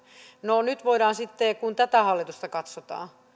no nyt kun tätä hallitusta katsotaan